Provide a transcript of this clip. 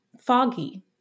foggy